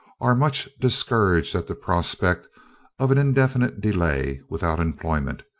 are much discouraged at the prospect of an indefinite delay without employment,